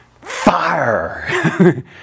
Fire